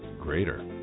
greater